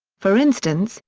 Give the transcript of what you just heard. for instance,